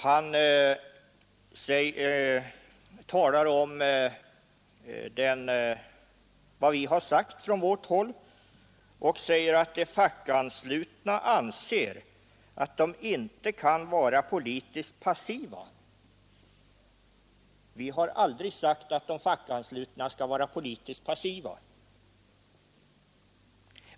Herr Andersson talar om vad vi har sagt från vårt håll och säger att de fackanslutna anser att de inte kan vara politiskt passiva. Vi har aldrig sagt att de fackanslutna skall vara politiskt passiva.